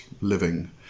living